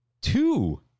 two